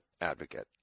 advocate